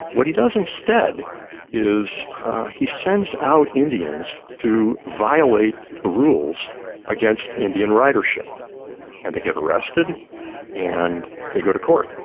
what he does instead is he sends out indians to violate the rules against indian ridership and to get arrested and they go to court.